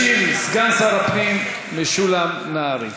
ישיב סגן שר הפנים משולם נהרי.